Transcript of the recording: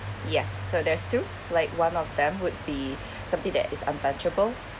yes so there's two like one of them would be something that is untouchable